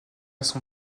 son